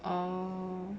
oh